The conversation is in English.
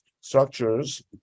structures